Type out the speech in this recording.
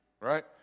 right